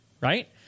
right